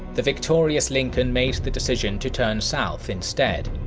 the victorious lincoln made the decision to turn south instead.